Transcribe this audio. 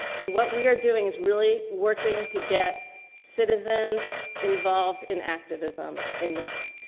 and what we are doing is really working to get citizens involved in activism in this.